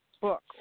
book